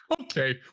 Okay